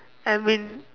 I mean